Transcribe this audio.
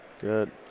Good